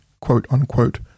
quote-unquote